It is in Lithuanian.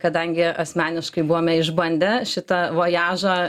kadangi asmeniškai buvome išbandę šitą vojažą